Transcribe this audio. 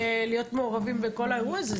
חברי הכנסת צריכים להיות מעורבים בכל האירוע הזה,